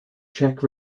czech